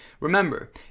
Remember